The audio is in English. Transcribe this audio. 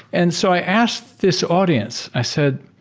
and so i asked this audience. i said,